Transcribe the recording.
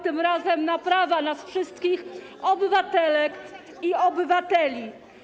tym razem na prawa nas wszystkich, obywatelek i obywateli.